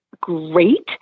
great